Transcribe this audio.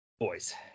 Boys